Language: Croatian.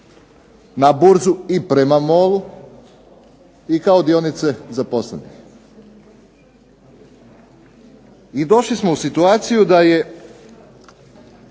na burzu i prema MOL-u i kao dionice zaposlenih. I došli smo u situaciju da je